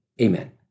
Amen